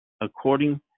according